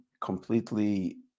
completely